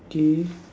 K